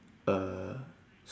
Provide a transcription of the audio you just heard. uh